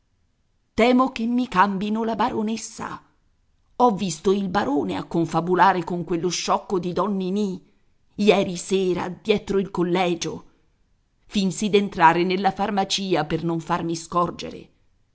temo che mi cambino la baronessa ho visto il barone a confabulare con quello sciocco di don ninì ieri sera dietro il collegio finsi d'entrare nella farmacia per non farmi scorgere